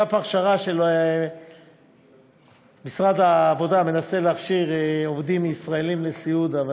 אגף ההכשרה של משרד העבודה מנסה להכשיר עובדים ישראלים לסיעוד,